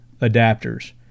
adapters